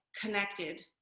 connected